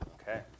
Okay